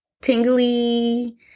tingly